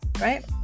right